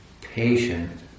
patient